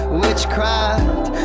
witchcraft